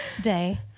Day